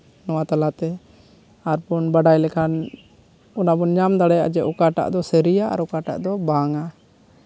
ᱱᱚᱣᱟ ᱛᱟᱞᱟᱛᱮ ᱟᱨᱵᱚᱱ ᱵᱟᱲᱟᱭ ᱞᱮᱠᱷᱟᱱ ᱚᱱᱟ ᱵᱚᱱ ᱧᱟᱢ ᱫᱟᱲᱮᱭᱟᱜᱼᱟ ᱡᱮ ᱚᱠᱟᱴᱟᱜ ᱫᱚ ᱥᱟᱹᱨᱤᱭᱟ ᱚᱠᱟᱴᱟᱜ ᱫᱚ ᱵᱟᱝᱟ